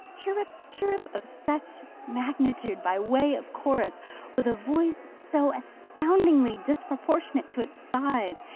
chirrup, chirrup of such magnitude, by way of chorus with a voice so astoundingly disproportionate to its size,